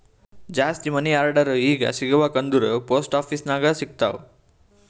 ಜಾಸ್ತಿ money order ಈಗ ಸಿಗಬೇಕ ಅಂದುರ್ ಪೋಸ್ಟ್ ಆಫೀಸ್ ನಾಗೆ ಸಿಗ್ತಾವ್